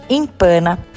empana